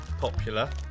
popular